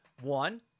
one